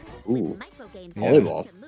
Volleyball